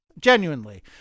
genuinely